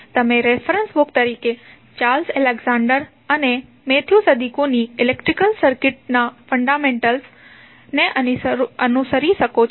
તમે reference books તરીકે Charles Alexander અને મેથ્યુ સદિકુ ની ઇલેક્ટ્રિક સર્કિટ્સના ફંડામેન્ટલ્સ ને અનુસરી શકો છો